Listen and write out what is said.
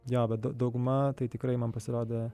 jo bet dau dauguma tai tikrai man pasirodė